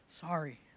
sorry